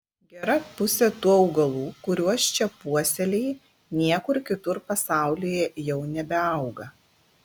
gera pusė tų augalų kuriuos čia puoselėji niekur kitur pasaulyje jau nebeauga